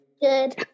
Good